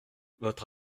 votre